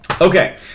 Okay